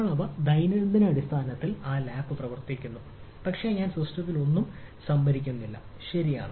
നമ്മൾ ദൈനംദിന അടിസ്ഥാനത്തിൽ ലാപ് പ്രവർത്തിപ്പിക്കുന്നു പക്ഷേ ഞാൻ സിസ്റ്റത്തിൽ ഒന്നും സംഭരിക്കുന്നില്ല ശരിയാണ്